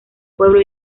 pueblo